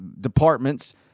departments